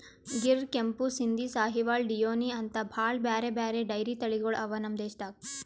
ಗಿರ್, ಕೆಂಪು ಸಿಂಧಿ, ಸಾಹಿವಾಲ್, ಡಿಯೋನಿ ಅಂಥಾ ಭಾಳ್ ಬ್ಯಾರೆ ಬ್ಯಾರೆ ಡೈರಿ ತಳಿಗೊಳ್ ಅವಾ ನಮ್ ದೇಶದಾಗ್